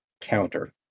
counter